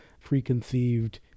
preconceived